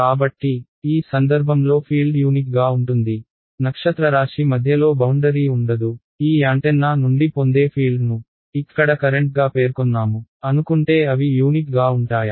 కాబట్టి ఈ సందర్భంలో ఫీల్డ్ యూనిక్ గా ఉంటుంది నక్షత్రరాశి మధ్యలో బౌండరీ ఉండదు ఈ యాంటెన్నా నుండి పొందే ఫీల్డ్ను ఇక్కడ కరెంట్గా పేర్కొన్నాము అనుకుంటే అవి యూనిక్ గా ఉంటాయా